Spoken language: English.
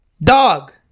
Dog